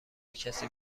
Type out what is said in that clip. کسی